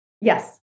Yes